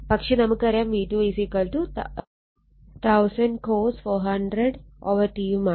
പക്ഷെ നമുക്കറിയാം v2 1000 cos 400 over t യുമാണ്